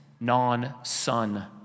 non-son